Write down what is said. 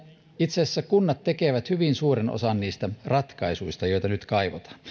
itse asiassa kunnat tekevät hyvin suuren osan niistä ratkaisuista joita nyt kaivataan